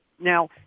Now